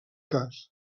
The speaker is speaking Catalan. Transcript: cas